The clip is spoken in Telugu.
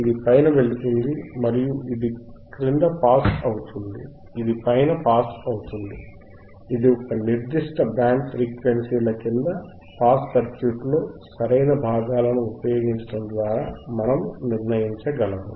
ఇది పైన వెళుతుంది మరియు ఇది క్రింద పాస్ అవుతుంది ఇది పైన పాస్ అవుతుంది ఇది ఒక నిర్దిష్ట బ్యాండ్ ఫ్రీక్వెన్సీల క్రింద పాస్ సర్క్యూట్లో సరైన భాగాలను ఉపయోగించడం ద్వారా మనము నిర్ణయించగలము